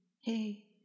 hey